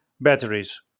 batteries